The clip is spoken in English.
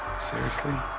seriously?